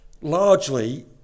largely